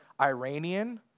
Iranian